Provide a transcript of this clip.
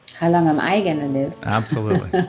how long am i going to live? absolutely